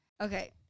Okay